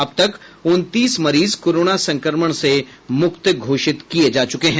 अब तक उनतीस मरीज कोरोना संक्रमण से मुक्त घोषित हो चुके हैं